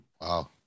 Wow